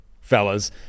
fellas